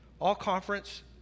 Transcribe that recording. all-conference